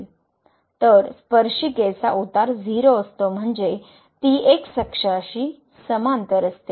तर स्पर्शीकेचा उतार 0 असतो म्हणजे ती एक्सअक्षाशी समांतर असते